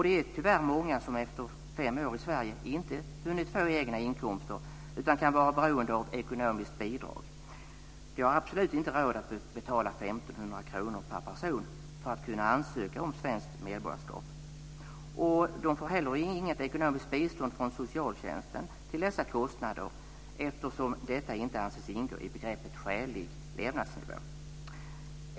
Det är tyvärr många som efter fem år i Sverige inte har hunnit få egna inkomster. De kan vara beroende av ekonomiskt bistånd. De har absolut inte råd att betala 1 500 kr per person för att kunna ansöka om svenskt medborgarskap. De får heller inget ekonomiskt bistånd från socialtjänsten för dessa kostnader eftersom detta inte anses ingå i begreppet skälig levnadsnivå.